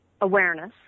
awareness